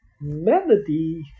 melody